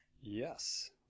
yes